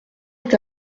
est